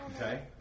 Okay